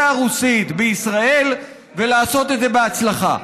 הרוסית בישראל ולעשות את זה בהצלחה,